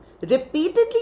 repeatedly